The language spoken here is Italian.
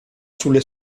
sulle